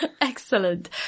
Excellent